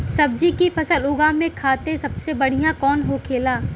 सब्जी की फसल उगा में खाते सबसे बढ़ियां कौन होखेला?